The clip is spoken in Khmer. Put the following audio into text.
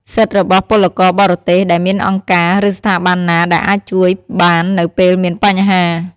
សិទ្ធិរបស់ពលករបរទេស ដែលមានអង្គការ ឬស្ថាប័នណាដែលអាចជួយបាននៅពេលមានបញ្ហា។